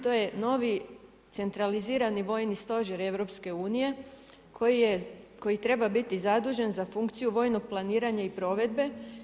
To je novi centralizirani vojni stožer EU koji je, koji treba biti zadužen za funkciju vojnog planiranja i provedbe.